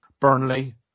Burnley